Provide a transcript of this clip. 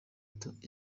itatu